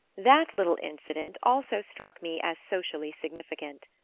that little incident also struck me as socially significant.